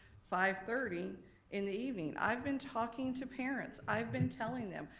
five thirty in the evening. i've been talking to parents, i've been telling them.